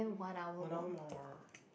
one hour more